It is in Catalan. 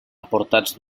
aportats